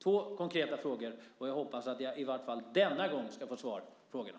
Det är konkreta frågor som jag hoppas att jag denna gång ska få svar på.